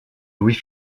louis